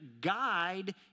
guide